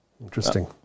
Interesting